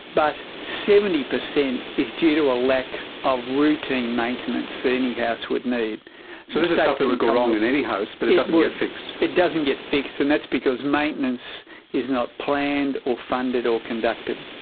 but seventy percent is due to a lack of routine maintenance that any house would need. so this is stuff that would go wrong in any house but it doesn't get fixed. it doesn't get fixed and that's because maintenance is not planned or funded or conducted.